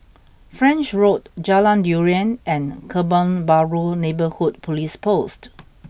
French Road Jalan Durian and Kebun Baru Neighbourhood Police Post